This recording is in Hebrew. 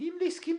מגיעים להסכמים,